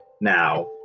Now